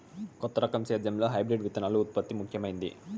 కొత్త రకం సేద్యంలో హైబ్రిడ్ విత్తనాల ఉత్పత్తి ముఖమైంది